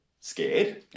scared